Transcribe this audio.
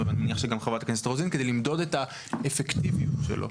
ואני מניח שגם חברת הכנסת רוזין כדי למדוד את האפקטיביות שלו,